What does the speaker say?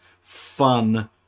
fun